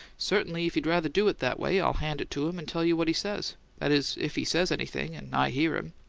certainly if you'd rather do it that way, i'll hand it to him and tell you what he says that is, if he says anything and i hear him.